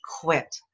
quit